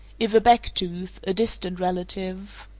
if a back tooth, a distant relative.